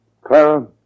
Clara